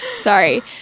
Sorry